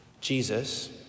Jesus